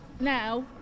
now